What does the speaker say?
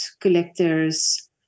collectors